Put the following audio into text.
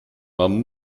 man